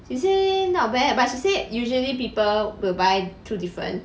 she say not bad but she said usually people will buy two different